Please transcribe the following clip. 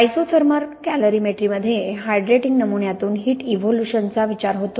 isothermal कॅलरीमेट्रीमध्ये hydrating नमुन्यातून heat इव्होल्यूशनचा विचार होतो